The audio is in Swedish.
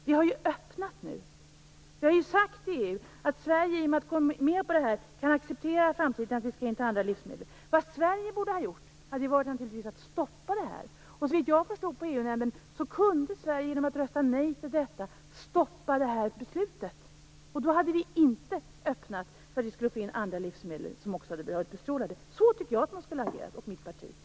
Vi har ju öppnat för detta nu. Vi har ju sagt i EU att Sverige, genom att gå med på det här, kan acceptera att vi i framtiden skall ta in andra livsmedel. Sverige borde naturligtvis ha stoppat detta. Såvitt jag har förstått i EU-nämnden kunde Sverige, genom att rösta nej till detta, stoppa det här beslutet. Då hade vi inte öppnat för att få in andra livsmedel som också hade varit bestrålade. Så tycker jag och mitt parti att man skulle ha agerat.